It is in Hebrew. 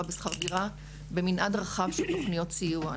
בשכר דירה במנעד רחב של תוכניות סיוע.